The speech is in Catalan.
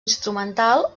instrumental